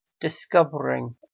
discovering